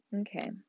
Okay